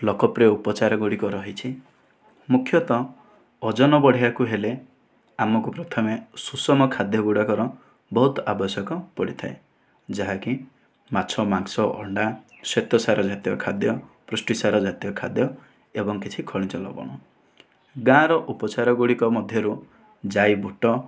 ଲୋକପ୍ରିୟ ଉପଚାର ଗୁଡ଼ିକ ରହିଛି ମୁଖ୍ୟତଃ ଓଜନ ବଢାଇବାକୁ ହେଲେ ଆମକୁ ପ୍ରଥମେ ସୁଷମ ଖାଦ୍ୟ ଗୁଡ଼ାକର ବହୁତ ଆବଶ୍ୟକ ପଡ଼ିଥାଏ ଯାହାକି ମାଛ ମାଂସ ଅଣ୍ଡା ଶ୍ୱେତସାର ଜାତୀୟ ଖାଦ୍ୟ ପୁଷ୍ଟିସାର ଜାତୀୟ ଖାଦ୍ୟ ଏବଂ କିଛି ଖଣିଜ ଲବଣ ଗାଁ ର ଉପଚାରଗୁଡ଼ିକ ମଧ୍ୟରୁ ଜାଇ ବୁଟ